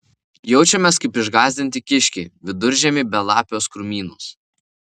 jaučiamės kaip išgąsdinti kiškiai viduržiemį belapiuos krūmynuos